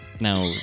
Now